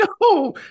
No